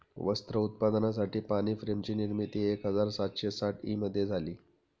वस्त्र उत्पादनासाठी पाणी फ्रेम ची निर्मिती एक हजार सातशे साठ ई मध्ये झाली